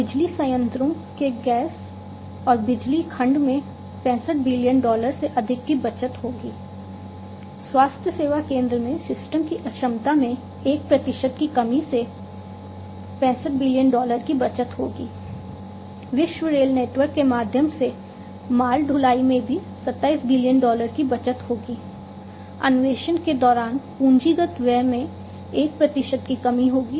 बिजली संयंत्रों के गैस और बिजली खंड में 65 बिलियन डॉलर से अधिक की बचत होगी स्वास्थ्य सेवा केंद्र में सिस्टम की अक्षमता में 1 प्रतिशत की कमी से 63 बिलियन डॉलर की बचत होगी विश्व रेल नेटवर्क के माध्यम से माल ढुलाई में भी 27 बिलियन डॉलर की बचत होगी अन्वेषण के दौरान पूंजीगत व्यय में एक प्रतिशत की कमी होगी